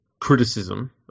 criticism